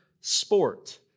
sport